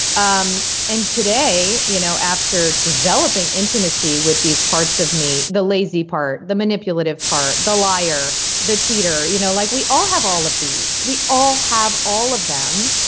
um and today you know after developing intimacy with these parts of me, the lazy part, the manipulative part, the liar the cheater. you know like we all have all of these, we all have all of them.